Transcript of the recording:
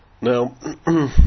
Now